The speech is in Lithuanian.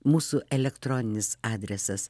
mūsų elektroninis adresas